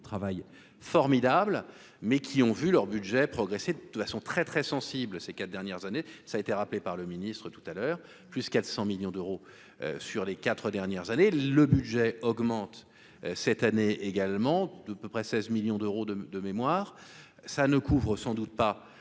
travail formidable, mais qui ont vu leur budget progresser de façon très très sensible à ces 4 dernières années, ça été rappelé par le ministre tout à l'heure, plus 400 millions d'euros sur les 4 dernières années, le budget augmente cette année également, à peu près 16 millions d'euros de de mémoire, ça ne couvre sans doute pas,